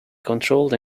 controlled